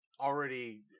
already